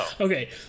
Okay